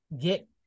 get